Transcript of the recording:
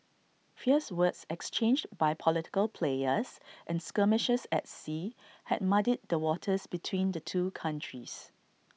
fierce words exchanged by political players and skirmishes at sea had muddied the waters between the two countries